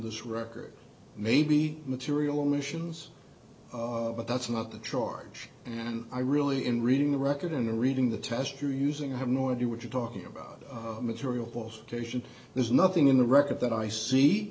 this record may be material omissions but that's not the charge and i really in reading the record and reading the test you're using i have no idea what you're talking about materials to action there's nothing in the record that i see